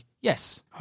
yes